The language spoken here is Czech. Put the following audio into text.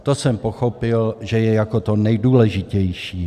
To jsem pochopil, že je jako to nejdůležitější.